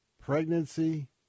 pregnancy